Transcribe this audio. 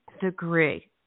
degree